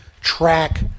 track